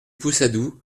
pousadou